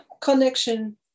connection